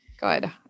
Good